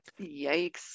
Yikes